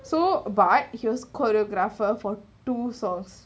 so but he's a choreographer for two source